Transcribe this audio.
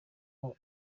ngo